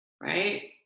right